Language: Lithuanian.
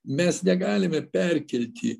mes negalime perkelti